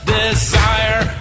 desire